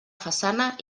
façana